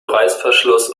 reißverschluss